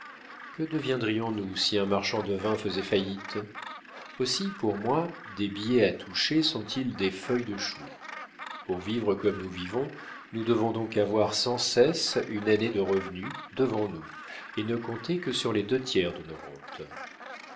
que deviendrions-nous si un marchand de vin faisait faillite aussi pour moi des billets à toucher sont-ils des feuilles de chou pour vivre comme nous vivons nous devons donc avoir sans cesse une année de revenus devant nous et ne compter que sur les deux tiers de nos rentes